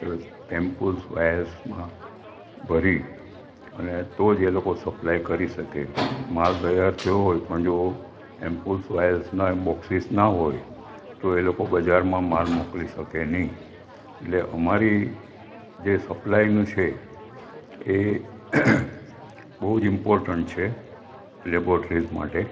એટલે એમ્પોઝ વાયર્સમાં ભરી અને તો જ એ લોકો સપ્લાય કરી શકે માલ તૈયાર થયો હોય પણ જો એમ્પોસ વાયર્સના બોક્સીસ ના હોય તો એ લોકો બજારમાં માલ મોકલી શકે નહીં એટલે અમારી જે સપ્લાયનું છે એ બહુ જ ઈમ્પોર્ટન્ટ છે લેબોરટીસ માટે